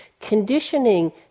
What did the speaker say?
Conditioning